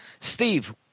Steve